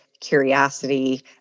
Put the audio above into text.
curiosity